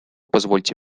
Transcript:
позвольте